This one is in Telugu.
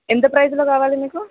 ఎంత ప్రైస్లో కావాలి మీకు